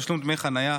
תשלום דמי חניה),